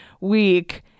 week